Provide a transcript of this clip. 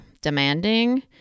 demanding